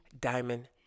Diamond